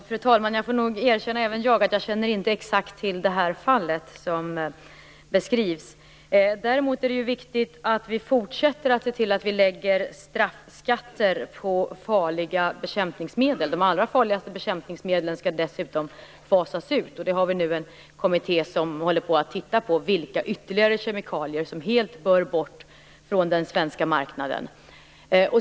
Fru talman! Även jag får nog erkänna att jag inte exakt känner till det fall som beskrivs. Däremot är det viktigt att vi fortsätter att se till att vi lägger straffskatter på farliga bekämpningsmedel. De allra farligaste bekämpningsmedlen skall dessutom fasas ut. Vi har en kommitté som nu tittar på vilka ytterligare kemikalier som helt bör bort från den svenska marknaden.